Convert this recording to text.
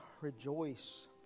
rejoice